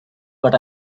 but